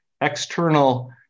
external